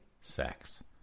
sex